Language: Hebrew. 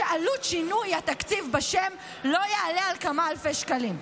עלות שינוי התקציב בשם לא תעלה על כמה אלפי שקלים,